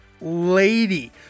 lady